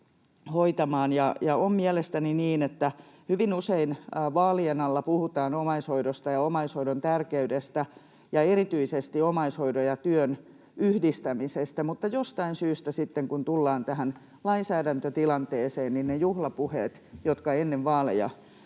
On mielestäni niin, että hyvin usein vaalien alla puhutaan omaishoidosta ja omaishoidon tärkeydestä ja erityisesti omaishoidon ja työn yhdistämisestä, mutta jostain syystä sitten, kun tullaan tähän lainsäädäntötilanteeseen, ne juhlapuheet, jotka ennen vaaleja